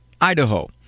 Idaho